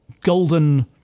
golden